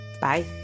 bye